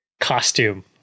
costume